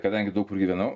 kadangi daug prigyvenau